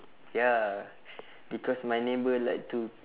ya because my neighbour like to